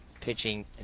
pitching